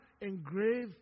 engrave